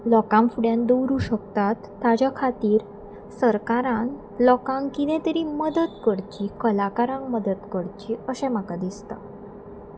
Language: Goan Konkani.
लोकांक फुड्यान दवरूं शकतात ताज्या खातीर सरकारान लोकांक कितें तरी मदत करची कलाकारांक मदत करची अशें म्हाका दिसता